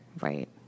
Right